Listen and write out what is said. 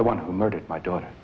the one who murdered my daughter